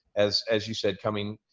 as as you said, coming,